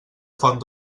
font